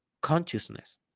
consciousness